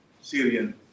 Syrian